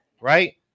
right